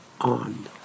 on